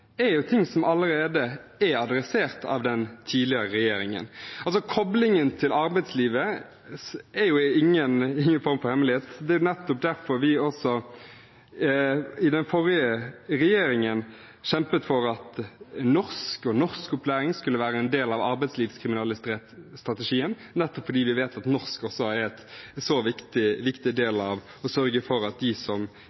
er ting som allerede er adressert av den tidligere regjeringen. Koblingen til arbeidslivet er jo ingen form for hemmelighet. Det var jo nettopp derfor vi også, i den forrige regjeringen, kjempet for at norsk og norskopplæring skulle være en del av strategien mot arbeidslivskriminalitet, fordi vi vet at norsk er en så viktig del